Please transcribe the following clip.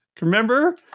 remember